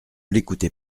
l’écoutez